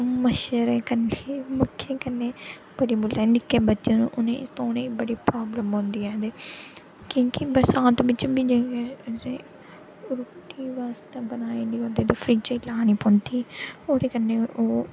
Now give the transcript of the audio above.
मच्छर कन्नै मक्खियां कन्नै कुड़ी मुड़े निक्के बच्चे न उ'नें ई उ'नें ई बड़ी प्राॅब्लम औंदी ऐ ते क्योंकि बरसांत बिच म्हीने पंदरें रुट्टी आस्तै बनाने होंदे फ्यूचर प्लान बनदे ओह्दे कन्नै ओह्